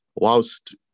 whilst